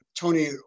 Tony